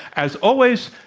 as always,